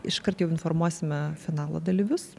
iškart jau informuosime finalo dalyvius